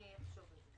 אני אחשוב על זה.